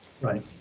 Right